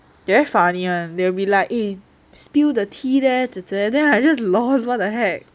they very funny one or they'll be like eh spill the tea leh 姐姐 then I just LOL what the heck